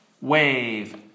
wave